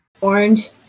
Orange